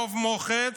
רוב מוחץ,